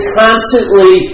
constantly